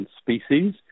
species